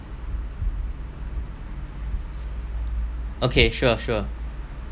okay sure sure